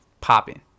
popping